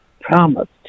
promised